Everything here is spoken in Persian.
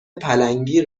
پلنگی